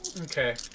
Okay